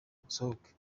nsohoke